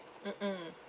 mm mm